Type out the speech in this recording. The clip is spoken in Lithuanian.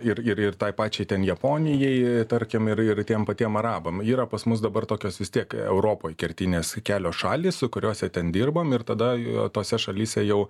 ir ir ir tai pačiai ten japonijai tarkim ir ir tiem patiem arabam yra pas mus dabar tokios vis tiek europoj kertinės kelios šalys kuriose ten dirbam ir tada tose šalyse jau